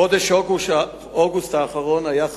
חודש אוגוסט האחרון היה חריג,